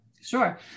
Sure